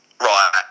right